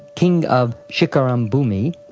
king of shikharabhumi,